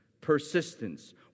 persistence